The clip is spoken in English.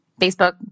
Facebook